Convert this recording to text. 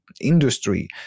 industry